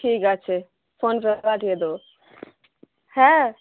ঠিক আছে ফোনপে পাঠিয়ে দেবো হ্যাঁ